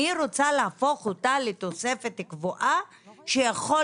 אני רוצה להפוך אותה לתוספת קבועה שיכול